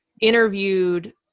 interviewed